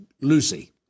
Lucy